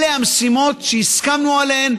אלה המשימות שהסכמנו עליהן,